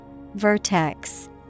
Vertex